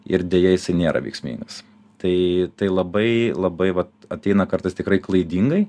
ir deja jisai nėra veiksmingas tai tai labai labai vat ateina kartais tikrai klaidingai